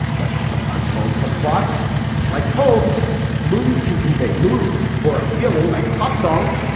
but sometimes poems have plots like poems movies can convey a mood or a feeling like pop songs,